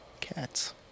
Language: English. Cats